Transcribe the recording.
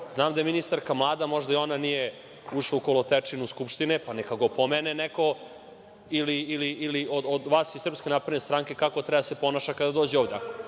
Znam da je ministarka mlada, možda i ona nije ušla u kolotečinu Skupštine, pa neka ga opomene neko ili od vas iz SNS kako treba da se ponaša kada dođe ovde.